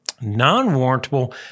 Non-warrantable